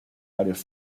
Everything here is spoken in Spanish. varios